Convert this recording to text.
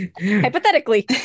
Hypothetically